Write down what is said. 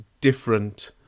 different